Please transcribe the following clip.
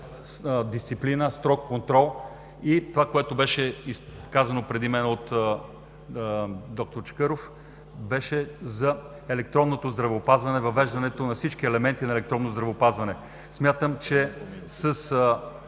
дисциплина, строг контрол и това, което беше казано преди мен от д-р Чакъров, за електронното здравеопазване, въвеждането на всички елементи на електронно здравеопазване. Смятам, че с